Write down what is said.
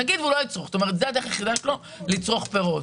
כלומר זו הדרך היחידה שלו לצרוך פירות,